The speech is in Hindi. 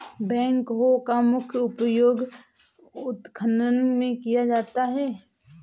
बैकहो का मुख्य उपयोग उत्खनन में किया जाता है